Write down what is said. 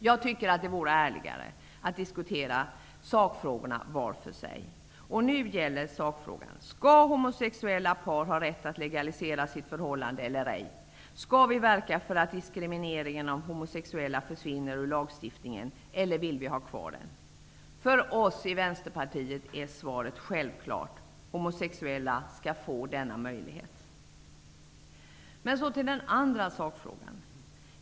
Jag tycker att det vore ärligare att diskutera sakfrågorna var för sig. Nu gäller sakfrågan: Skall homosexuella par ha rätt att legalisera sitt förhållande eller ej? Skall vi verka för att diskrimineringen av homosexuella försvinner ur lagstiftningen eller vill vi ha kvar den? För oss i Vänsterpartiet är svaret självklart. Homosexuella skall få möjlighet att legalisera sitt förhållande. Till den andra sakfrågan.